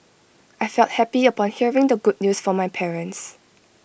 I felt happy upon hearing the good news from my parents